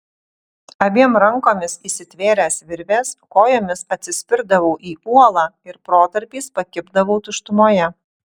abiem rankomis įsitvėręs virvės kojomis atsispirdavau į uolą ir protarpiais pakibdavau tuštumoje